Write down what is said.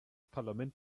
parlament